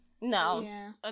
No